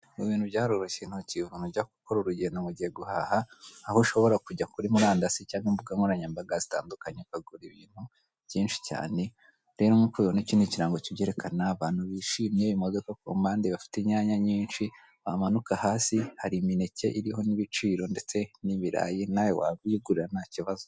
Ubwo wibajije ikoranabuhanga ni byiza cyane kuko nanone ukugira ubunebwe ntabwo ujya uva mu rugo ngo ubashe kutemberera n'ahantu dutuye uko hameze ariko nanone birafasha niyo unaniwe ntabwo ushobora kuva iwanyu unaniwe cyangwa utashye bwije ngo ujye ku isoko guhaha. Nkuko ubibone iki ni ikirango kerekana imyenda y'iminyarwanda n'inkweto zikorerwa mu rwanda nawe wabyihangira